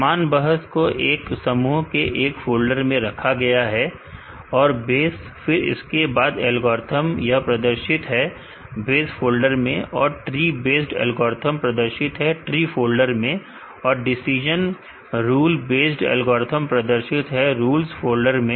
समान बहस को एक समूह में एक फोल्डर के अंदर रखा गया है बेस फिर इसके बाद एल्गोरिथ्म यह प्रदर्शित हैं बेस फोल्डर में और ट्री बेस्ड एल्गोरिथ्म प्रदर्शित हैं ट्री फोल्डर में और डिसीजन रूल बेस्ड एल्गोरिथ्म प्रदर्शित हैं रूल्स फोल्डर में